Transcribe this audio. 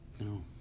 No